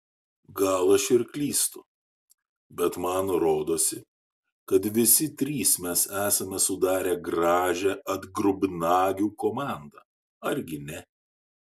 gal aš ir klystu bet man rodosi kad visi trys mes sudarome gražią atgrubnagių komandą argi ne